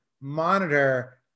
monitor